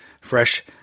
fresh